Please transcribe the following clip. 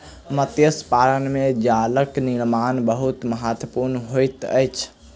मत्स्य पालन में जालक निर्माण बहुत महत्वपूर्ण होइत अछि